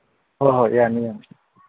ꯍꯣꯏ ꯍꯣꯏ ꯌꯥꯅꯤ ꯌꯥꯅꯤ